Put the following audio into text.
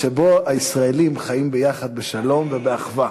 שבו הישראלים חיים יחד בשלום ובאחווה.